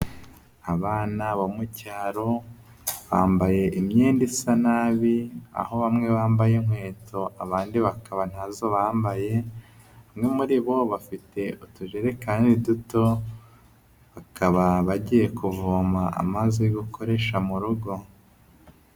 Abana bo mu cyaro bambaye imyenda isa nabi, aho bamwe bambaye inkweto, abandi bakaba ntazo bambaye, bamwe muri bo bafite utujerekani duto, bakaba bagiye kuvoma amazi yo gukoresha mu rugo.